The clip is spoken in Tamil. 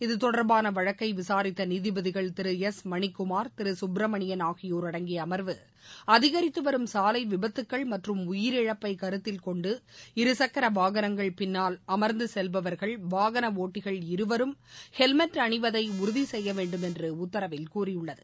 இதுதொடர்பான வழக்கை விசாரித்த நீதிபதிகள் திரு எஸ் மணிக்குமார் திரு சுப்பரமணியன் ஆகியோர் அடங்கிய அமர்வு அதிகரித்து வரும் சாலை விபத்துக்கள் மற்றும் உயிரிழப்பை கருத்தில் கொண்டு இருசக்கர வாகனங்கள் பின்னால் அமர்ந்து செல்பவர்கள் வாகன ஓட்டிகள் இருவரும் இஹெல்மெட் அணிவதை உறுதி செய்ய வேண்டும் என்று உத்தரவில் கூறியுள்ளது